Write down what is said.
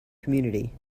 community